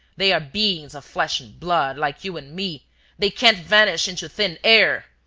they are beings of flesh and blood, like you and me they can't vanish into thin air.